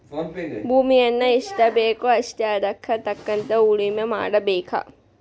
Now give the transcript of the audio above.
ಭೂಮಿಯನ್ನಾ ಎಷ್ಟಬೇಕೋ ಅಷ್ಟೇ ಹದಕ್ಕ ತಕ್ಕಂಗ ಉಳುಮೆ ಮಾಡಬೇಕ